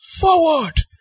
forward